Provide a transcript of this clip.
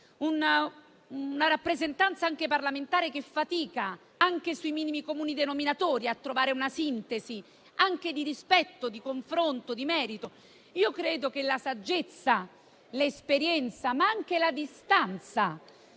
la rappresentanza parlamentare fatica, pure sui minimi comuni denominatori, a trovare una sintesi di rispetto, confronto e merito. Credo che la saggezza, l'esperienza e anche la distanza